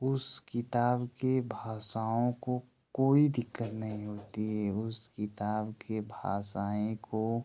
उस किताब की भाषाओं को कोई दिक्कत नहीं होती है उस किताब के भाषाएँ को